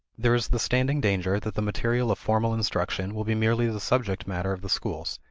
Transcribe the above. there is the standing danger that the material of formal instruction will be merely the subject matter of the schools,